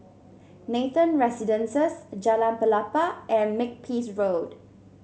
Nathan Residences Jalan Pelepah and Makepeace Road